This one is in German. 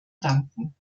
danken